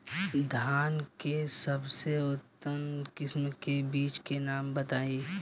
धान के सबसे उन्नत किस्म के बिज के नाम बताई?